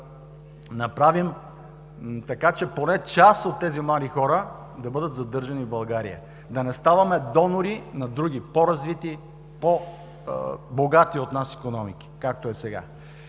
да направим, така че поне част от тези млади хора да бъда задържани в България, да не ставаме донори на други по-развити, по-богати от нас икономики, както е сега.